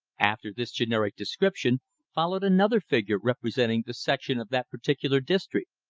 after this generic description followed another figure representing the section of that particular district.